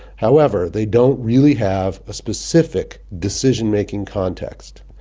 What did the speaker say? however, they don't really have a specific decision-making context.